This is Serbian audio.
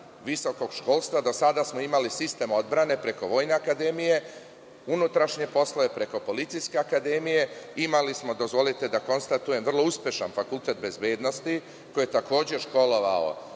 visokog školstva. Do sada smo imali sistem odbrane preko Vojne akademije, unutrašnje poslove preko Policijske akademije. Imali smo, dozvolite da konstatujem, vrlo uspešan Fakultet bezbednosti koji je takođe školovao